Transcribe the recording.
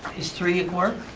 is three at more?